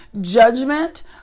judgment